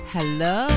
Hello